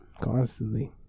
constantly